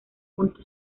punto